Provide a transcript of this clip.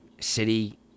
City